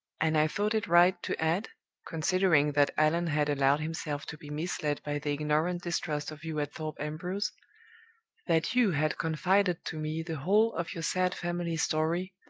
and i thought it right to add considering that allan had allowed himself to be misled by the ignorant distrust of you at thorpe ambrose that you had confided to me the whole of your sad family story,